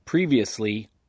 Previously